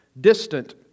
distant